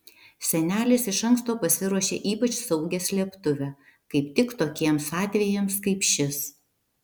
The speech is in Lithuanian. senelis iš anksto pasiruošė ypač saugią slėptuvę kaip tik tokiems atvejams kaip šis